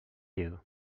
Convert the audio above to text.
you